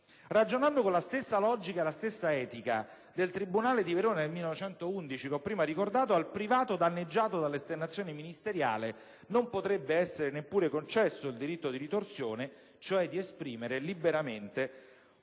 Ragionando con la stessa logica e la stessa etica del tribunale di Verona del 1911, che ho prima ricordato, al privato danneggiato dall'esternazione ministeriale non potrebbe essere neppure concesso il diritto di ritorsione, cioè di esprimere liberamente e